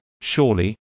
surely